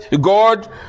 God